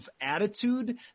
attitude